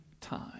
time